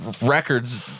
records